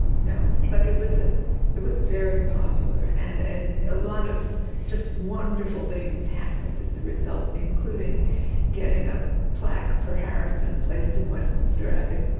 no, but it was ah it was very popular, and and a lot of just wonderful things happened as a result, including getting a plaque for harrison placed in westminster abbey.